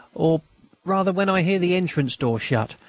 or rather when i hear the entrance-door shut,